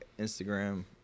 Instagram